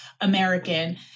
American